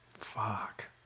Fuck